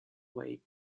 white